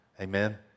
Amen